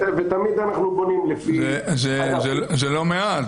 זה לא מעט.